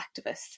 activists